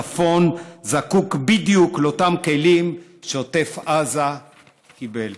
הצפון זקוק בדיוק לאותם כלים שעוטף עזה קיבל.